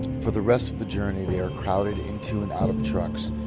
for the rest of the journey, they are crowded into and out of trucks,